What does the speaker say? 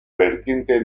vertiente